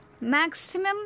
Maximum